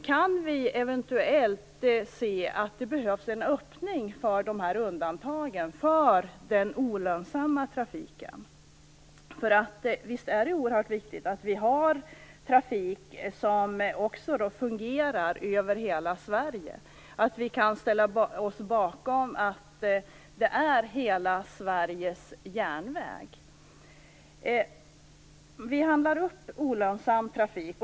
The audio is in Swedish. Kan vi se att det eventuellt behövs en öppning för de här undantagen, för den olönsamma trafiken? Visst är det oerhört viktigt att vi också har trafik som fungerar över hela Sverige så att vi kan ställa oss bakom att det är hela Sveriges järnväg. Vi handlar upp olönsam trafik.